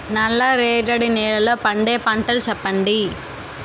నల్ల రేగడి నెలలో పండే పంటలు చెప్పండి?